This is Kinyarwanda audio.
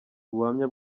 ubuhamya